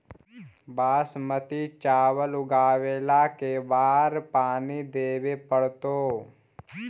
बासमती चावल उगावेला के बार पानी देवे पड़तै?